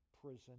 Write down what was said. prison